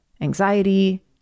anxiety